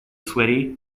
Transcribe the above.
sweaty